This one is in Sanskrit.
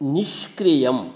निष्क्रियम्